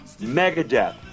Megadeth